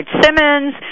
Simmons